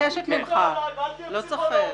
אל תהיה פסיכולוג.